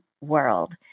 World